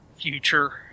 future